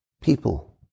people